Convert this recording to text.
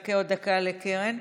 נחכה עוד דקה לקרן.